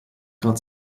grad